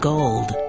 Gold